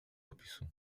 opisu